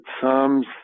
psalms